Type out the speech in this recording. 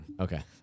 Okay